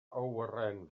awyren